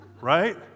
Right